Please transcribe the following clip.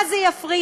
מה זה יפריע?